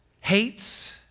hates